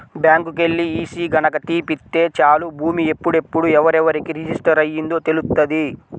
బ్యాంకుకెల్లి ఈసీ గనక తీపిత్తే చాలు భూమి ఎప్పుడెప్పుడు ఎవరెవరికి రిజిస్టర్ అయ్యిందో తెలుత్తది